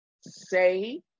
say